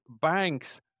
banks